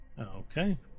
Okay